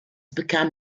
become